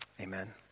Amen